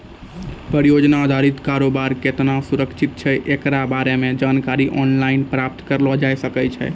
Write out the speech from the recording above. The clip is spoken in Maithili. परियोजना अधारित कारोबार केतना सुरक्षित छै एकरा बारे मे जानकारी आनलाइन प्राप्त करलो जाय सकै छै